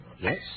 Yes